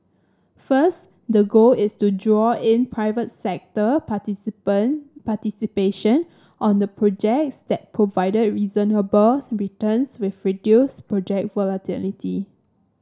first the goal is to draw in private sector participant participation on the projects that provided reasonable returns with reduced project volatility